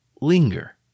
linger